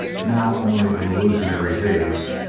now only an illusory haze,